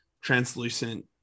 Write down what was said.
translucent